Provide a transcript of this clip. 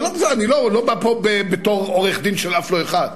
אבל אני לא בא לפה בתור עורך-דין של אף לא אחד.